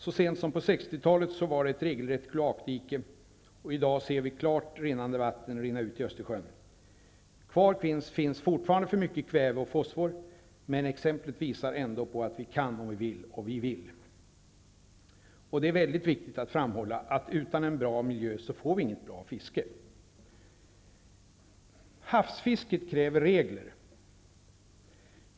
Så sent som på 60 talet var Strömmen ett regelrätt kloakdike, och i dag ser vi klart, rinnande vatten rinna ut i Östersjön. Kvar finns fortfarande för mycket kväve och fosfor, men exemplet visar ändå att vi kan om vi vill -- och vi vill. Det är väldigt viktigt att framhålla att utan en bra miljö får vi inget bra fiske. Havsfisket kräver regler.